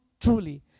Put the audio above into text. truly